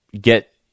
get